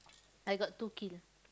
I got two kill